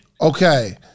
Okay